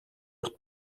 урт